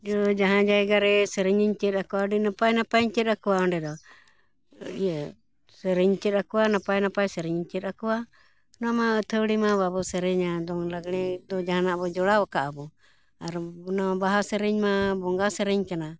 ᱡᱟᱦᱟᱸ ᱡᱟᱭᱜᱟ ᱨᱮ ᱥᱮᱨᱮᱧᱤᱧ ᱪᱮᱫ ᱟᱠᱚᱣᱟ ᱟᱹᱰᱤ ᱱᱟᱯᱟᱭ ᱱᱟᱯᱟᱭᱤᱧ ᱪᱮᱫ ᱟᱠᱚᱣᱟ ᱚᱸᱰᱮ ᱫᱚ ᱤᱭᱟᱹ ᱥᱮᱨᱮᱧ ᱪᱮᱫ ᱟᱠᱚᱣᱟ ᱱᱟᱯᱟᱭ ᱱᱟᱯᱟᱭ ᱥᱮᱨᱮᱧᱤᱧ ᱪᱮᱫ ᱟᱠᱚᱣᱟ ᱚᱱᱟᱢᱟ ᱟᱹᱛᱷᱟᱣᱲᱤ ᱢᱟ ᱵᱟᱵᱚᱱ ᱥᱮᱨᱮᱧᱟ ᱫᱚᱝ ᱞᱟᱜᱽᱲᱮ ᱫᱚ ᱡᱟᱦᱟᱱᱟᱜ ᱵᱚᱱ ᱡᱚᱲᱟᱣ ᱟᱠᱟᱫᱟᱵᱚᱱ ᱟᱨ ᱚᱱᱟ ᱵᱟᱦᱟ ᱥᱮᱨᱮᱧᱢᱟ ᱵᱚᱸᱜᱟ ᱥᱮᱨᱮᱧ ᱠᱟᱱᱟ